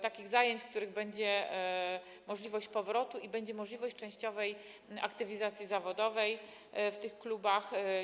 Takich zajęć, gdzie będzie możliwość powrotu i będzie możliwość częściowej aktywizacji zawodowej w tych klubach.